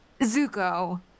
Zuko